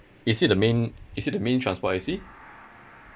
is he the main is he the main transport I_C